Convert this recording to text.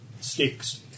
sticks